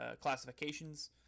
classifications